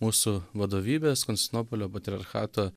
mūsų vadovybės konstantinopolio patriarchato